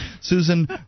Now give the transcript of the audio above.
Susan